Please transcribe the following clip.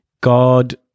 God